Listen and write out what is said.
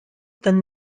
tan